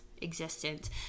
Existence